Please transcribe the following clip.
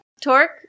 Torque